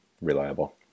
reliable